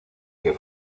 que